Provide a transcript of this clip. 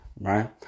Right